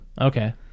okay